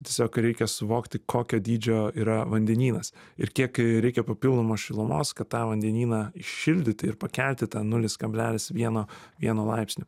tiesiog reikia suvokti kokio dydžio yra vandenynas ir kiek reikia papildomos šilumos kad tą vandenyną šildyti ir pakelti tą nulis kablelis vieno vienu laipsniu